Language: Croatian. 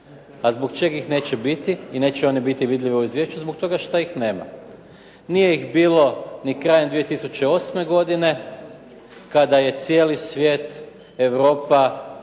A zbog čeg ih neće biti i neće one biti vidljive u izvješću zbog toga šta ih nema. Nije ih bilo ni krajem 2008. godine kada je cijeli svijet, Europa